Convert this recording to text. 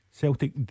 Celtic